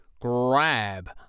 grab